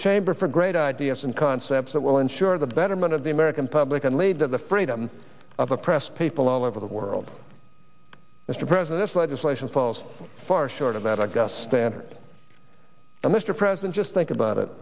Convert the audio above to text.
chamber for great ideas and concepts that will ensure the betterment of the american public and lead to the freedom of oppressed people all over the world mr president's legislation falls far short of that i guess standard and mr president just think about it